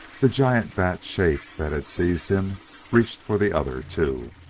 the giant bat-shape that had seized him reached for the other, too.